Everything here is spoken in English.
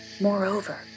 Moreover